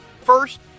First